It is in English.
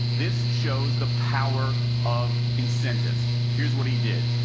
this shows the power of incentives. here's what he did.